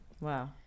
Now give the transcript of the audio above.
Wow